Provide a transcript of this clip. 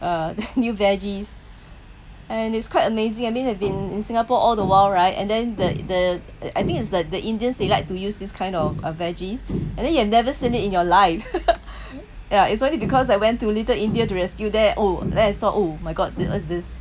uh new veggies and it's quite amazing I mean I've been in singapore all the while right and then the the I think it's the the indians they like to use this kind of uh veggies and then you have never seen it in your life yeah it's only because I went to little india to rescue their oh then I saw oh my god what's this